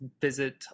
visit